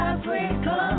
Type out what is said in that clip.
Africa